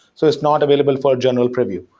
so it's not available for general preview.